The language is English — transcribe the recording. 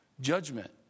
Judgment